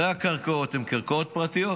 הרי הקרקעות הן קרקעות פרטיות.